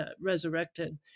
resurrected